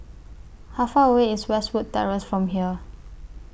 How Far away IS Westwood Terrace from here